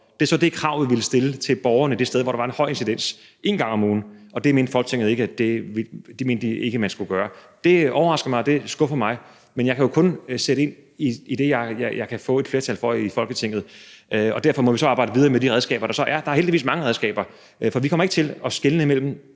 Det var så det krav, vi ville stille til borgerne det sted, hvor der var en høj incidens, én gang om ugen – og det mente Folketinget ikke man skulle gøre. Det overrasker mig, og det skuffer mig. Men jeg kan jo kun sætte ind med det, jeg kan få et flertal for i Folketinget. Og derfor må vi så arbejde videre med de redskaber, der er, og der er heldigvis mange redskaber. Men vi kommer ikke til at skelne mellem